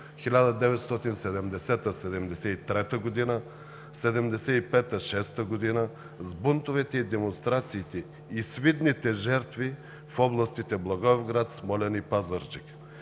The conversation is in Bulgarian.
1970 – 1973 г.; 1975 – 1976 г. с бунтовете, демонстрациите и свидните жертви в областите Благоевград, Смолян и Пазарджик.